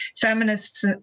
feminists